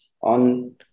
on